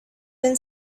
been